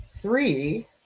three